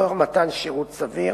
לצורך מתן שירות סביר.